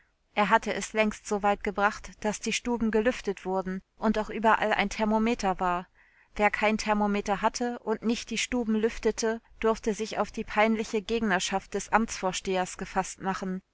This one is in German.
er hatte es längst so weit gebracht daß die stuben gelüftet wurden und auch überall ein thermometer war wer kein thermometer hatte und nicht die stuben lüftete durfte sich auf die peinliche gegnerschaft des amtsvorstehers gefaßt machen